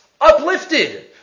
uplifted